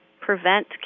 prevent